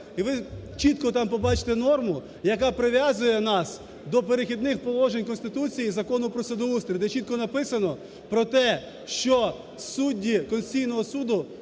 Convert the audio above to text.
і ви чітко там побачите норму, яка прив'язує нас до "Перехідних положень" Конституції і Закону "Про судоустрій", де чітко написано про те, що судді Конституційного Суду